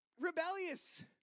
rebellious